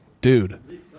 dude